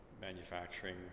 Manufacturing